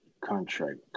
contract